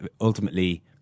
ultimately